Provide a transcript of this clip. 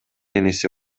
иниси